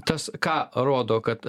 tas ką rodo kad